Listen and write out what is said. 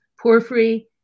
Porphyry